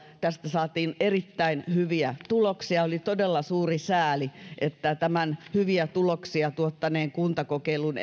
tästä saatiin erittäin hyviä tuloksia oli todella suuri sääli että edellinen hallitus lakkautti tämän hyviä tuloksia tuottaneen kuntakokeilun